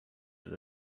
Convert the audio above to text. that